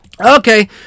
Okay